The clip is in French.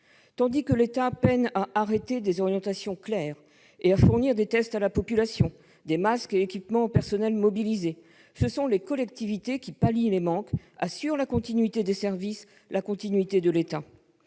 Tandis que l'État peine à arrêter des orientations claires et à fournir des tests à la population, des masques et équipements aux personnels mobilisés, ce sont les collectivités territoriales qui pallient les manques et, ainsi, assurent la continuité des services, la continuité de l'État.